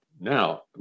Now